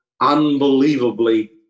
unbelievably